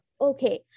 Okay